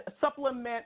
supplement